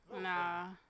Nah